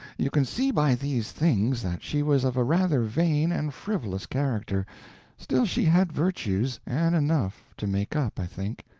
you can see by these things that she was of a rather vain and frivolous character still, she had virtues, and enough to make up, i think.